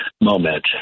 moment